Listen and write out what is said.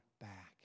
back